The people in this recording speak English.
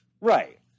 right